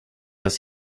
oss